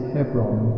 Hebron